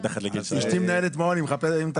אשתי מנהלת מעון, אם אתה